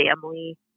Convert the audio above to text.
family